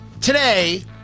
today